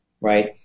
right